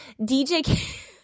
DJ